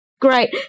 Great